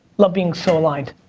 love being so aligned.